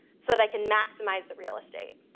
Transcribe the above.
so that i can maximize the real estate.